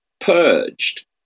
purged